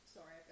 Sorry